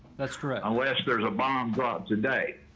that's correct, unless there's a bomb dropped today.